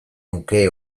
nuke